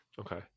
Okay